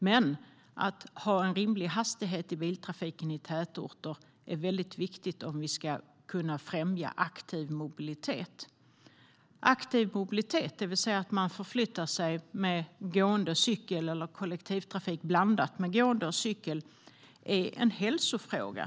Men att ha rimlig hastighet i biltrafiken i tätorter är viktigt om vi ska kunna främja aktiv mobilitet. Aktiv mobilitet, det vill säga att man förflyttar sig gående eller på cykel - eller med kollektivtrafik blandat med gående och på cykel - är en hälsofråga.